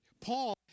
Paul